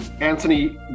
Anthony